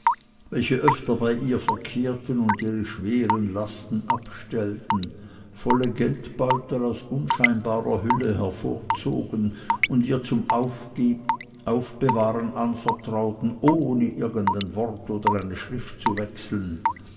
welche öfter bei ihr verkehrten und ihre schweren lasten abstellten volle geldbeutel aus unscheinbarer hülle hervorzogen und ihr zum aufbewahren anvertrauten ohne irgend ein wort oder eine schrift zu wechseln